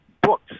books